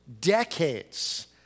decades